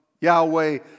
Yahweh